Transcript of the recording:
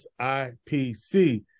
SIPC